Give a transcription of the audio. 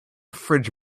fridge